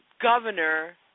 governor